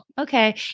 okay